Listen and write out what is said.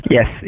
Yes